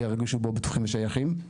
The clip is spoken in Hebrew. וירגישו בו בטוחים ושייכים.